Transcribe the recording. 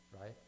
Right